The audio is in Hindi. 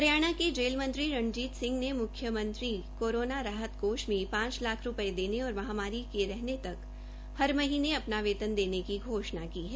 हरियाणा के जेल मंत्री रंजीत सिंह ने मुख्यमंत्री कोरोना राहत कोष में पांच लाख रूपये देने और महामारी के रहने तक हर महीने अपना वेतन देने की घोषणा की है